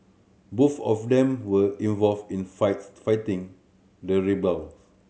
both of them were involved in flights fighting the rebels